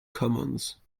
commons